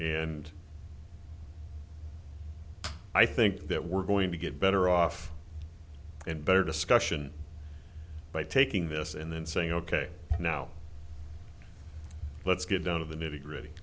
and i think that we're going to get better off and better discussion by taking this and then saying ok now let's get down to the nitty gritty